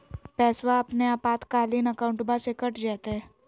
पैस्वा अपने आपातकालीन अकाउंटबा से कट जयते?